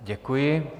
Děkuji.